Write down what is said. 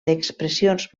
expressions